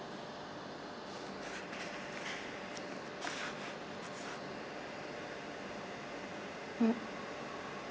mm